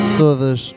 todas